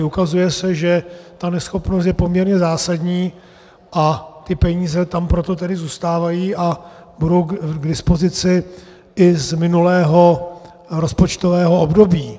Ukazuje se, že ta neschopnost je poměrně zásadní, a ty peníze tam proto tedy zůstávají a budou k dispozici i z minulého rozpočtového období.